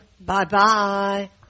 Bye-bye